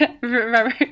remember